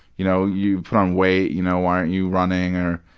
you know you put on weight. you know why aren't you running? or,